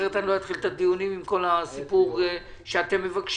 אחרת אני לא אתחיל את הדיונים עם כל הסיפור שאתם מבקשים.